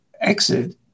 exit